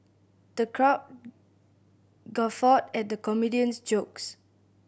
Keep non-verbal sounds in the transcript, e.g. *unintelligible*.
the crowd *unintelligible* guffawed at the comedia's jokes